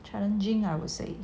challenging I would say